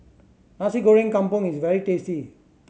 Nasi Goreng Kampung is very tasty